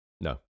No